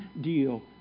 deal